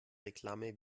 reklame